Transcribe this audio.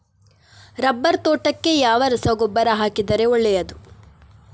Rubber ತೋಟಕ್ಕೆ ಯಾವ ರಸಗೊಬ್ಬರ ಹಾಕಿದರೆ ಒಳ್ಳೆಯದು?